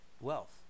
wealth